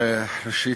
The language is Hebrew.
ראשית,